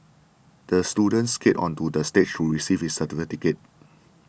the student skated onto the stage to receive his certificate